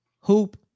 Hoop